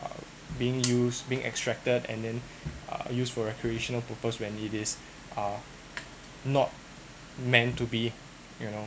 uh being used being extracted and then use for recreational purpose when it is uh not meant to be you know